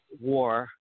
war